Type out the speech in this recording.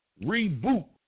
reboot